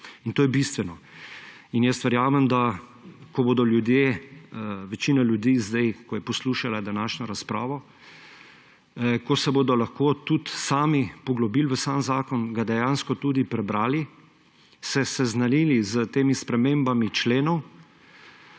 in to je bistveno. Verjamem, da ko bodo ljudje, večina ljudi sedaj, ko je poslušala današnjo razpravo, ko se bodo lahko tudi sami poglobili v sam zakon, ga dejansko tudi prebrali, se seznanili s temi spremembami členov